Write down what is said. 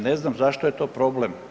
Ne znam zašto je to problem.